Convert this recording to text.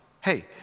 hey